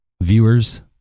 viewers